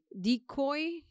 decoy